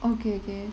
okay okay